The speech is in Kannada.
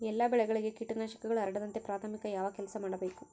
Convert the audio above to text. ಎಲ್ಲ ಬೆಳೆಗಳಿಗೆ ಕೇಟನಾಶಕಗಳು ಹರಡದಂತೆ ಪ್ರಾಥಮಿಕ ಯಾವ ಕೆಲಸ ಮಾಡಬೇಕು?